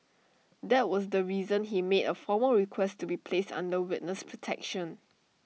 that was the reason he made A formal request to be placed under witness protection